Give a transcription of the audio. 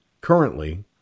currently